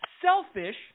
selfish